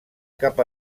cap